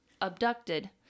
abducted